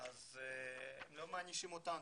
- אז לא מענישים אותנו,